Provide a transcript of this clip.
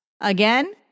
Again